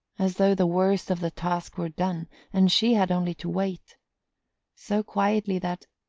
as though the worst of the task were done and she had only to wait so quietly that,